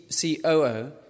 COO